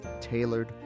tailored